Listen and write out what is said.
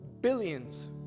billions